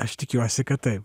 aš tikiuosi kad taip